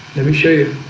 let me show you